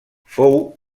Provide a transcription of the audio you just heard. fou